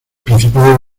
principado